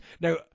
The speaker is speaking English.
Now